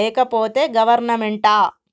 లేకపోతే గవర్నమెంటా?